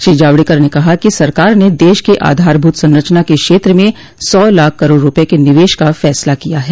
श्री जावड़ेकर ने कहा कि सरकार ने देश के आधारभूत संरचना के क्षेत्र में सौ लाख करोड़ रूपये के निवेश का फैसला किया है